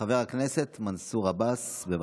חבר הכנסת מנסור עבאס, בבקשה.